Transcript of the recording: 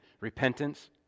repentance